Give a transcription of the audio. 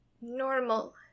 normal